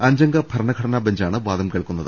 അഞ്ചംഗ ഭരണഘടനാ ബെഞ്ചാണ് വാദം കേൾക്കുന്നത്